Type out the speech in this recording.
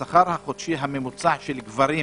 השכר החודשי הממוצע של גברים